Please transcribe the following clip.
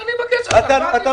אבל אני מבקש ממך, באתי הנה.